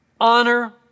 Honor